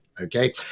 okay